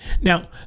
Now